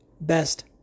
best